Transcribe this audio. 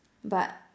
but